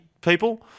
people